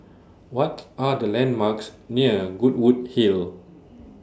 What Are The landmarks near Goodwood Hill